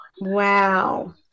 wow